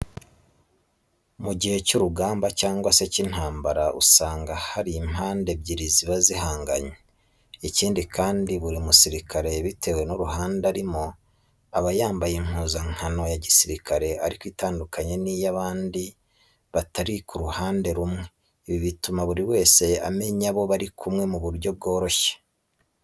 Mu gihe cy'urugamba cyangwa se cy'intambara usanga haba hari impande ebyiri ziba zihanganye. Ikindi kandi, buri musirikare bitewe n'uruhande arimo aba yambaye impuzankano ya gisirikare ariko itandukanye n'iy'abandi batari mu ruhande rumwe. Ibi bituma buri wese amenya abo bari kumwe mu buryo bworoshye